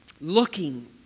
looking